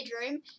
bedroom